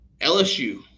LSU